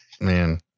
Man